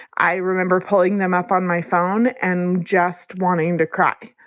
i remember pulling them up on my phone and just wanting to cry.